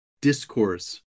discourse